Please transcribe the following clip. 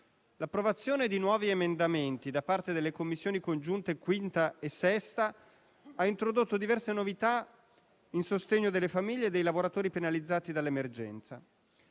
L'approvazione di nuovi emendamenti da parte delle Commissioni riunite 5a e 6a ha introdotto diverse novità a sostegno delle famiglie e dei lavoratori penalizzati dall'emergenza.